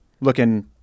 Looking